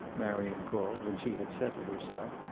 marion called, when she had settled herself.